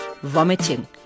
vomiting